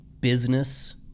business